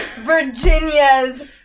virginia's